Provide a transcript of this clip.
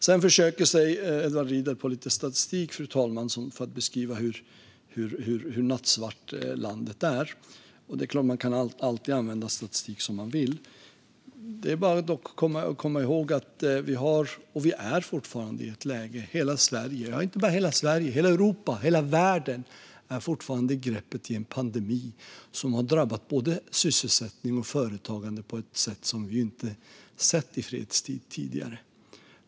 Sedan försöker Edward Riedl sig på lite statistik, fru talman, för att beskriva hur nattsvart landet är. Och det är klart att man alltid kan använda statistik som man vill. Det är dock att komma ihåg att inte bara hela Sverige utan hela Europa och hela världen fortfarande är i greppet av en pandemi som har drabbat både sysselsättning och företagande på ett sätt som vi inte sett i fredstid tidigare.